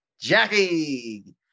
Jackie